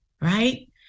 right